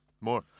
more